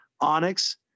Onyx